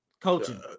coaching